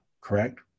correct